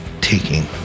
taking